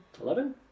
eleven